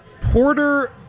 Porter